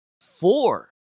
four